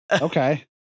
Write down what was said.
Okay